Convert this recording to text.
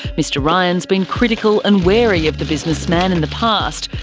mr ryan has been critical and wary of the businessman in the past,